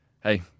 Hey